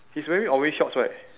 he's wearing orange shorts right